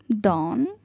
Dawn